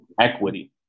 equity